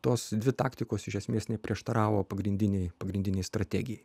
tos dvi taktikos iš esmės neprieštaravo pagrindinei pagrindinei strategijai